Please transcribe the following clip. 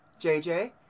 JJ